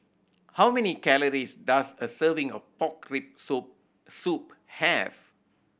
how many calories does a serving of pork rib soup have